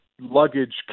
luggage